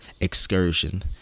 excursion